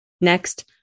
Next